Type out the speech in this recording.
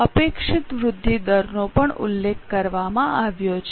અપેક્ષિત વૃદ્ધિ દરનો પણ ઉલ્લેખ કરવામાં આવ્યો છે